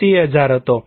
80000 હતો